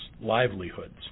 livelihoods